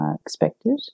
expected